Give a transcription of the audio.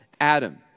Adam